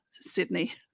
Sydney